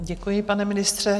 Děkuji, pane ministře.